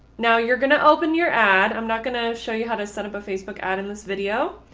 now, you're going to open your ad. i'm not going to show you how to set up a facebook ad in this video.